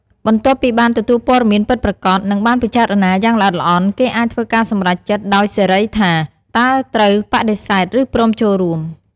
បន្ទាប់ពីបានទទួលព័ត៌មានពិតប្រាកដ និងបានពិចារណាយ៉ាងល្អិតល្អន់ គេអាចធ្វើការសម្រេចចិត្តដោយសេរីថា តើត្រូវបដិសេធ ឬព្រមចូលរួម។